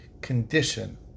condition